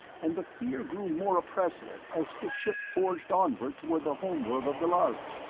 and the fear grew more oppressive as the ship forged onward toward the home world of the lhari.